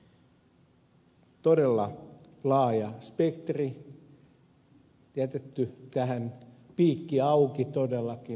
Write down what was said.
on todella laaja spektri jätetty tähän piikki auki todellakin